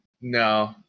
No